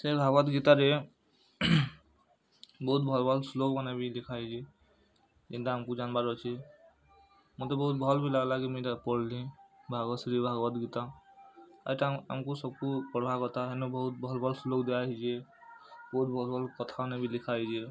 ସେଇ ଭାଗବତ ଗୀତା ରେ ବହୁତ ଭଗବାନ୍ ଶ୍ଲୋଗ୍ ମାନେ ବି ଲେଖା ହେଇଛି ଏନ୍ତା ଆମକୁ ଯାନବାର୍ ଅଛି ମୋତେ ବହୁତ ଭଲ୍ ବି ଲାଗିଲା କି ମୁଇଁ ଇଟା ପଢ଼ିଲି ଭାଗବତ ଶ୍ରୀ ଭାଗବତ ଗୀତା ଏଇଟା ଆମକୁ ସବୁ ପଢ଼ବା କଥା ହେନୁ ବହୁତ ଭଲ୍ ଭଲ୍ ଶ୍ଲୋଗ୍ ଦିଆ ହେଇଛି ବହୁତ ଭଲ୍ ଭଲ୍ କଥା ମାନେ ବି ଲେଖା ହେଇଛି